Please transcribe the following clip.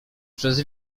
przez